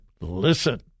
listen